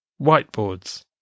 whiteboards